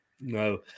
No